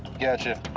gotcha.